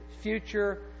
future